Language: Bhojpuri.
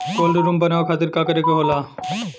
कोल्ड रुम बनावे खातिर का करे के होला?